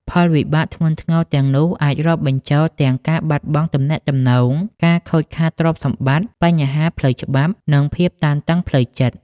ផលវិបាកធ្ងន់ធ្ងរទាំងនោះអាចរាប់បញ្ចូលទាំង ការបាត់បង់ទំនាក់ទំនង ការខូចខាតទ្រព្យសម្បត្តិ បញ្ហាផ្លូវច្បាប់ និងភាពតានតឹងផ្លូវចិត្ត។